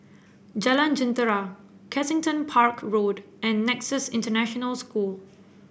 Jalan Jentera Kensington Park Road and Nexus International School